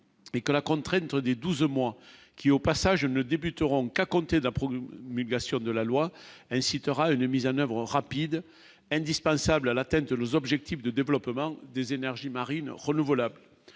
et que la contrainte des 12 mois qui au passage ne débuteront qu'à compter de la mais bien sûr, de la loi incitera une mise en oeuvre rapide indispensable à l'atteinte de nos objectifs de développement des énergies marines renouvelables